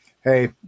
hey